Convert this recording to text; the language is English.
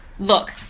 Look